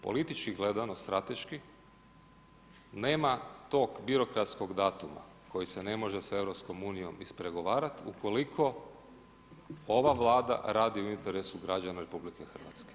Politički gledano, strateški, nema tog birokratskog datuma koji se ne može sa EU ispregovarati ukoliko ova Vlada radi u interesu građana RH.